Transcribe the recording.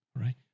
right